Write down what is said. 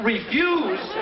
Refuse